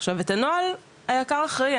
עכשיו את הנוהל זה היק"ר אחראי,